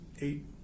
eight